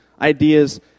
ideas